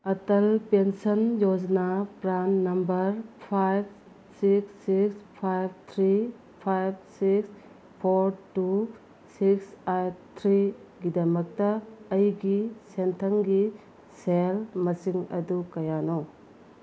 Atal pension Yojana PRAN number five six six five three five six four two six eight ꯊ꯭ꯔꯤꯒꯤꯗꯃꯛꯇ ꯑꯩꯒꯤ ꯁꯦꯟꯊꯪꯒꯤ ꯁꯦꯜ ꯃꯁꯤꯡ ꯑꯗꯨ ꯀꯌꯥꯅꯣ